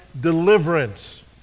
deliverance